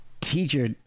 teacher